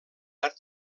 art